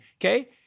okay